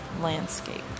landscape